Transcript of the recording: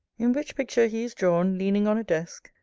in which picture he is drawn leaning on a desk,